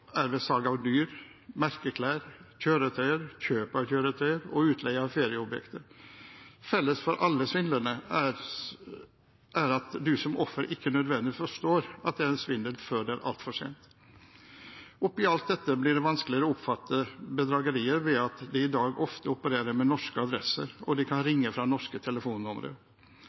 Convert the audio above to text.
salg av dyr, merkeklær, kjøretøyer, kjøp av kjøretøyer og utleie av ferieobjekter. Felles for alle svindlene er at man som offer ikke nødvendigvis forstår at det er en svindel, før det er altfor sent. Oppi alt dette blir det vanskeligere å oppfatte bedrageriet ved at de i dag ofte opererer med norske adresser, og de kan ringe fra norske telefonnumre.